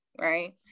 right